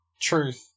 Truth